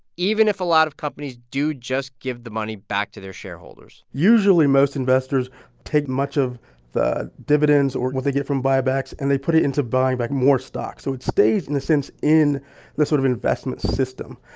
even if a lot of companies do just give the money back to their shareholders usually, most investors take much of the dividends or what they get from buybacks, and they put it into buying back more stock. so it stays, in the sense, in this sort of investment system.